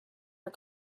are